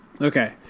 Okay